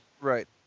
Right